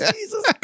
Jesus